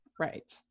Right